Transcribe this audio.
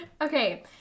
Okay